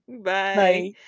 Bye